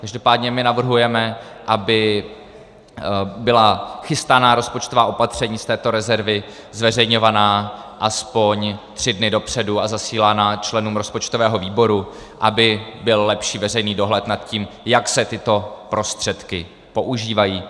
Každopádně my navrhujeme, aby byla chystaná rozpočtová opatření z této rezervy zveřejňována aspoň tři dny dopředu a zasílána členům rozpočtového výboru, aby byl lepší veřejný dohled na tím, jak se tyto prostředky používají.